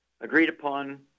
agreed-upon